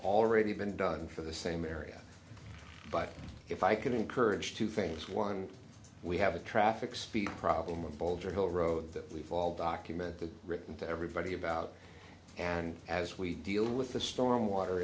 already been done for the same area but if i can encourage two things one we have a traffic speed problem a bulge a whole row of them we've all document the written to everybody about and as we deal with the storm water